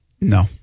No